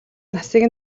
насыг